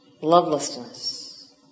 lovelessness